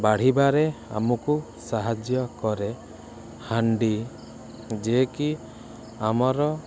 ବାଢ଼ିବାରେ ଆମକୁ ସାହାଯ୍ୟ କରେ ହାଣ୍ଡି ଯିଏ କି ଆମର